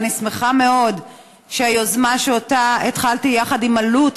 ואני שמחה מאוד שהיוזמה שהתחלתי יחד עם אלו"ט